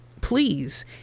please